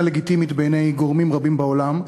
לגיטימית בעיני גורמים רבים בעולם,